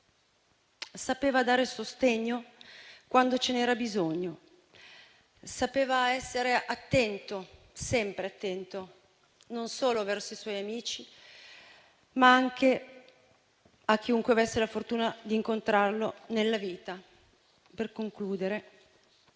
Sapeva dare sostegno quando ce n'era bisogno. Sapeva essere attento, sempre attento, non solo verso i suoi amici, ma anche a chiunque avesse la fortuna di incontrarlo nella vita. Per concludere,